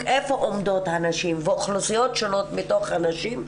איפה עומדות הנשים ואוכלוסיות שונות בתוך הנשים,